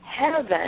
Heaven